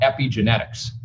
epigenetics